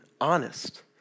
honest